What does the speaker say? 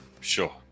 sure